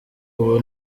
ubu